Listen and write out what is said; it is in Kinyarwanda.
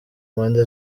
mpande